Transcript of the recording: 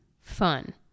Fun